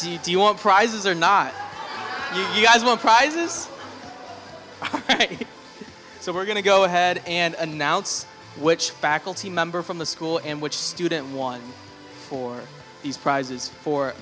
do you do you want prizes or not you guys want prizes so we're going to go ahead and announce which faculty member from the school and which student won for these prizes for